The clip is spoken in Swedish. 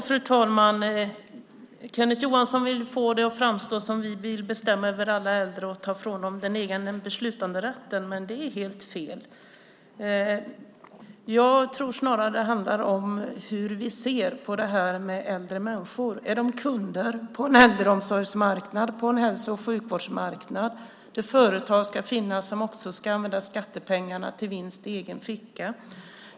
Fru talman! Kenneth Johansson vill få det att framstå som att vi vill bestämma över alla äldre och ta ifrån dem den egna beslutanderätten, men det är helt fel. Jag tror snarare att det handlar om hur vi ser på äldre människor. Är de kunder på en äldreomsorgsmarknad, en hälso och sjukvårdsmarknad, där företag ska finnas som också ska använda skattepengarna till vinst i egen ficka?